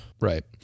Right